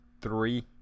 three